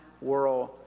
world